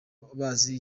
bazi